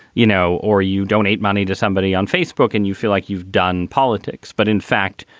you know, or you donate money to somebody on facebook and you feel like you've done politics. but in fact,